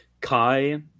Kai